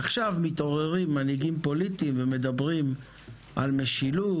עכשיו מתעוררים מנהיגים פוליטיים ומדברים על משילות,